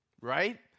right